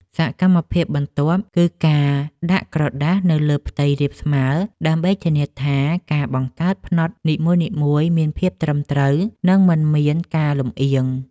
សកម្មភាពបន្ទាប់ គឺការដាក់ក្រដាសនៅលើផ្ទៃរាបស្មើ ដើម្បីធានាថាការបង្កើតផ្នត់នីមួយៗមានភាពត្រឹមត្រូវ និងមិនមានការលម្អៀង។